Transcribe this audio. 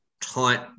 tight